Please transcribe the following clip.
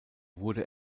wurde